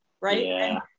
right